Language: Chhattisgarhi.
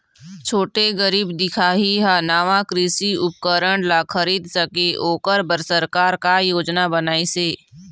छोटे गरीब दिखाही हा नावा कृषि उपकरण ला खरीद सके ओकर बर सरकार का योजना बनाइसे?